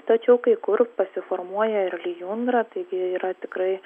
tačiau kai kur pasiformuoja ir lijundra taigi yra tikrai